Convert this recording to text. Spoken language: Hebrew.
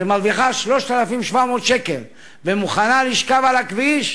שמרוויחה 3,700 שקל ומוכנה לשכב על הכביש